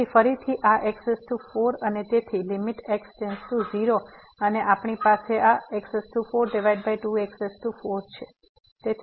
તેથી ફરીથી આ x4 અને તેથી લીમીટ x→0 અને આપણી પાસે આ x42x4 છે